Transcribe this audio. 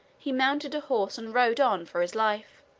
he mounted a horse and rode on for his life.